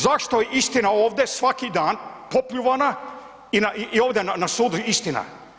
Zašto je istina ovdje svaki dan popljuvana i ovdje na sudu istina?